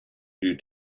due